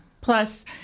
Plus